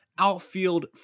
outfield